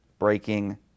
breaking